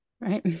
Right